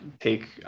take